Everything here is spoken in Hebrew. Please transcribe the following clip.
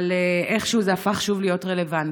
אבל איכשהו זה הפך שוב להיות רלוונטי.